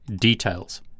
details